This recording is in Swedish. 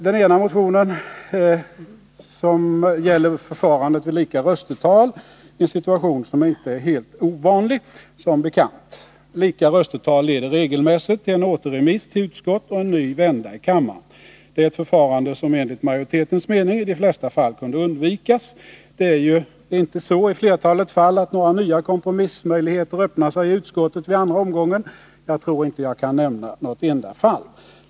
Den ena motionen gäller förfarandet vid lika röstetal, en situation som inte är helt ovanlig, som bekant. Lika röstetal leder regelmässigt till en återremiss till utskott och en ny vända i kammaren. Det är ett förfarande som enligt majoritetens mening i de flesta fall kunde undvikas. Det är ju i flertalet fall inte så att några nya kompromissmöjligheter öppnar sig i utskottet vid andra omgången — jag tror inte att jag kan nämna något enda fall.